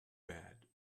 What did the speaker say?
bad